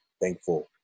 thankful